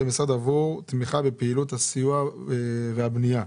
המשרד עבור תמיכה בפעילות הסיוע והבנייה,